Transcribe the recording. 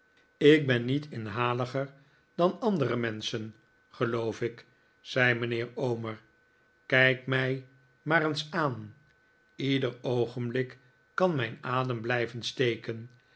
ik ben niet inhaliger dan andere menschen geloof ik zei mijnheer omer kijk mij maar eens aan ieder oogenblik kan mijn adem blijven steken